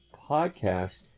podcast